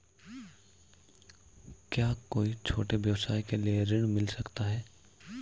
क्या कोई छोटे व्यवसाय के लिए ऋण मिल सकता है?